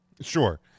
Sure